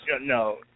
No